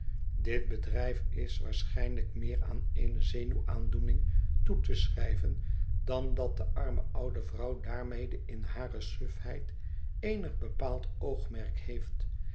dit bedrijf is waarschijnlijk meer aan oene zenuwaandoening toe te schrijven dan dat de arme oude vrouw daarmede in hare sufheid eenig bepaald oogmerk heeft